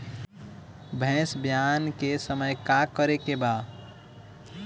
भैंस ब्यान के समय का करेके बा?